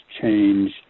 change